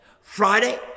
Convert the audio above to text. Friday